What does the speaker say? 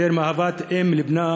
יותר מאהבת אם לבנה